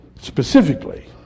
Specifically